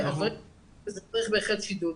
אבל זה צריך בהחלט שידוד.